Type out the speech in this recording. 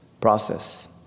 process